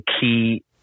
key